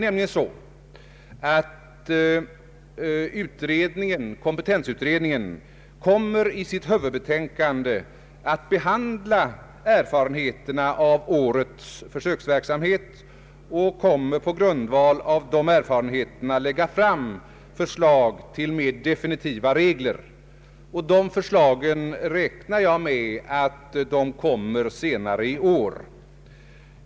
Kompetensutredningen kommer nämligen i sitt huvudbetänkande att behandla erfarenheterna av årets försöksverksamhet och på grundval därav lägga fram förslag till mer definitiva regler. Jag räknar med att dessa förslag kommer att framläggas senare i år.